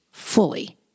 fully